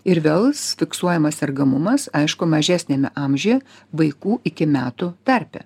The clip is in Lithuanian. ir vels fiksuojamas sergamumas aišku mažesniame amžiuje vaikų iki metų tarpe